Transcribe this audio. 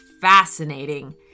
fascinating